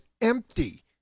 empty